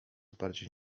bardziej